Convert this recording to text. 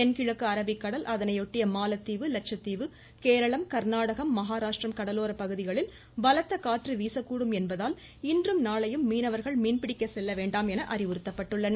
தென்கிழக்கு அரபிக்கடல் அதனையொட்டிய மாலத்தீவு லச்சத்தீவு கேரளம் கர்நாடகம் மகாராஷ்டிரம் கடலோர பகுதிகளில் பலத்த காற்று வீசக்கூடும் என்பதால் மீனவர்கள் மீன்பிடிக்க நாளையும் செல்ல வேண்டாம் இன்றும் என அறிவுறுத்தப்பட்டுள்ளனர்